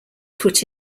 put